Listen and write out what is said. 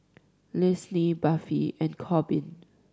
Lynsey Buffy and Corbin